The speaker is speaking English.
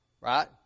right